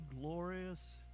glorious